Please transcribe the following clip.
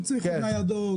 הוא צריך עוד ניידות,